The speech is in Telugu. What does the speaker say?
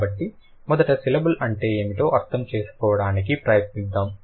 కాబట్టి మొదట సిలబుల్ అంటే ఏమిటో అర్థం చేసుకోవడానికి ప్రయత్నిద్దాం